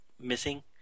missing